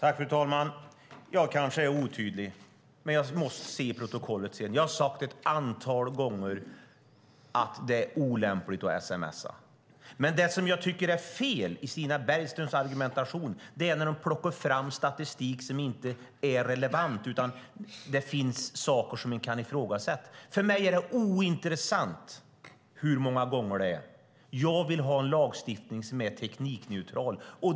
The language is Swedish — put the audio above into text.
Fru talman! Jag kanske var otydlig och måste se efter i protokollet när det kommer, men jag har sagt ett antal gånger att det är olämpligt att sms:a. Det jag tycker är fel i Stina Bergströms argumentation är att man plockar fram statistik som inte är relevant, utan det finns sådant som kan ifrågasättas. För mig är det ointressant hur många gånger det är. Jag vill ha en lagstiftning som är teknikneutral.